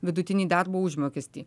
vidutinį darbo užmokestį